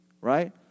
right